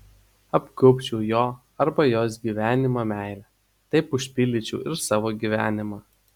apgaubčiau jo arba jos gyvenimą meile taip užpildyčiau ir savo gyvenimą